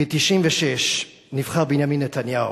ב-1996 נבחר בנימין נתניהו,